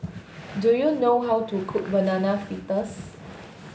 do you know how to cook Banana Fritters